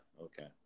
okay